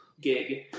Gig